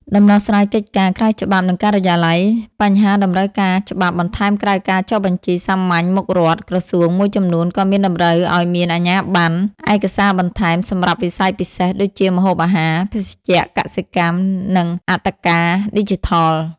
ដំណោះស្រាយកិច្ចការណ៍ក្រៅច្បាប់ និងការិយាល័យ បញ្ហាតម្រូវការច្បាប់បន្ថែមក្រៅការចុះបញ្ជីសាមញ្ញមុខរដ្ឋ ក្រសួងមួយចំនួនក៏មានតម្រូវឲ្យមានអាជ្ញាបណ្ណ ឯកសារបន្ថែមសម្រាប់វិស័យពិសេស ដូចជា ម្ហូបអាហារ ភេសជ្ជៈ កសិកម្ម និងអត្តការ ឌីជីថល។